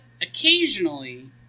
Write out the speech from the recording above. occasionally